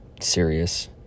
serious